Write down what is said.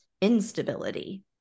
instability